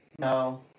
No